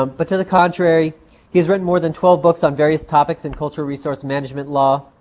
um but to the contrary he has written more than twelve books on various topics in cultural resource management law